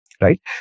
Right